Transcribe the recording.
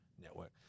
network